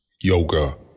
yoga